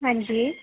ਹਾਂਜੀ